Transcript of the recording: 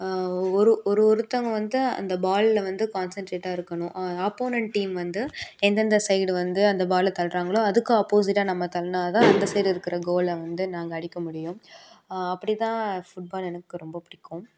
ஒரு ஒரு ஒருத்தவங்கள் வந்து அந்த பாலில் வந்து கான்செண்ட்ரேட்டாக இருக்கணும் ஆப்போனென்ட் டீம் வந்து எந்தெந்த சைடு வந்து அந்த பாலை தள்ளுறாங்களோ அதுக்கு ஆப்போசிட்டாக நம்ம தள்ளின்னா தான் அந்த சைடு இருக்கிற கோலை வந்து நாங்கள் அடிக்க முடியும் அப்படித்தான் ஃபுட்பால் எனக்கு ரொம்ப பிடிக்கும்